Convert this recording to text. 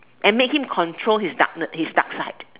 and make him control his darkness his dark side